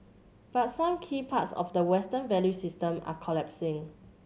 but some key parts of the Western value system are collapsing